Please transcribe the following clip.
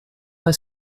pas